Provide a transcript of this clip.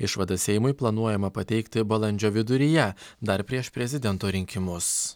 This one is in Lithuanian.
išvadas seimui planuojama pateikti balandžio viduryje dar prieš prezidento rinkimus